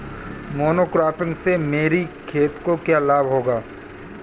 Monocropping से मेरी खेत को क्या लाभ होगा?